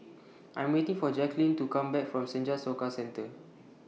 I Am waiting For Jacqulyn to Come Back from Senja Soka Centre